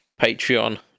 Patreon